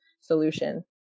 solution